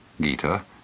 Gita